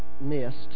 missed